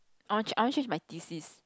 I want change~ I want change my thesis